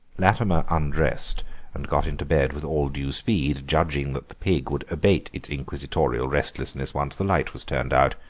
latimer undressed and got into bed with all due speed, judging that the pig would abate its inquisitorial restlessness once the light was turned out.